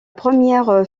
première